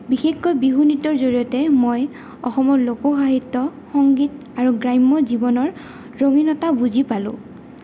বিশেষকৈ বিহু নীৃতৰ জৰিয়তে মই অসমৰ লোক সাহিত্য সংগীত আৰু গ্ৰাম্য জীৱনৰ ৰঙীনতা বুজি পালোঁ